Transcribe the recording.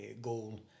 goal